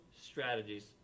strategies